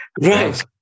Right